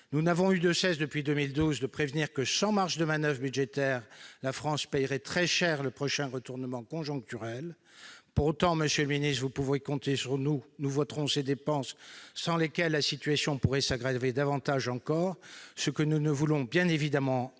Nous n'avons eu de cesse, depuis 2012, de prévenir que, sans marge de manoeuvre budgétaire, la France paierait très cher le prochain retournement conjoncturel. Pour autant, madame la secrétaire d'État, monsieur le secrétaire d'État, vous pouvez compter sur nous : nous voterons ces dépenses, sans lesquelles la situation pourrait s'aggraver davantage encore, ce que nous voulons bien évidemment éviter.